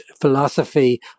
philosophy